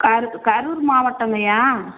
Karu Karur மாவட்டங்கய்யா